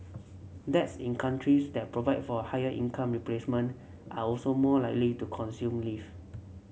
dads in countries that provide for a higher income replacement are also more likely to consume leave